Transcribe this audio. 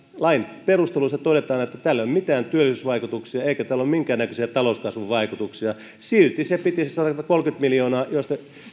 lain perusteluissa todetaan että tällä ei ole mitään työllisyysvaikutuksia eikä tällä ole minkään näköisiä talouskasvun vaikutuksia silti piti se satakolmekymmentä miljoonaa josta